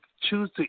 choose